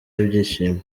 ibyishimo